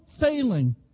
failing